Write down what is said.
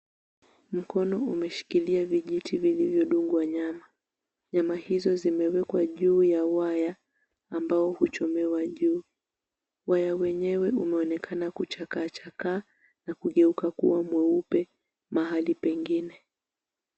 Mkono umeshikilia vijiti vilivyo dungwa nyama. Nyama hizo zimewekwa juu ya waya, ambao huchomewa juu. Waya wenyewe umeonekana kuchakaa chakaa na kugeuka kuwa mweupe mahali pengine.